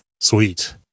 Sweet